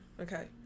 Okay